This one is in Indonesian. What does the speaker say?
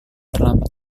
terlambat